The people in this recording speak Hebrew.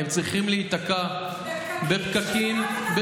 צריכים להיתקע בפקקים שאתם,